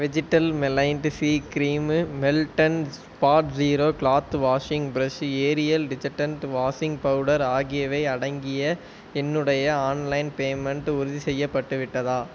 vegetal மெலைன்ட்டு C cream Milton spot zero cloth washing brush Ariel detergent washing powder ஆகியவை அடங்கிய என்னுடைய online payment உறுதிசெய்யப்பட்டு விட்டதா